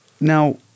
now